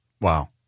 Wow